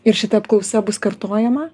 ir šita apklausa bus kartojama